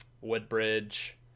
Woodbridge